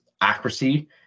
accuracy